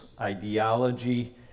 ideology